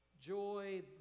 joy